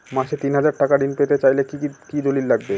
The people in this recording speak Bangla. মাসে তিন হাজার টাকা ঋণ পেতে চাইলে কি দলিল লাগবে?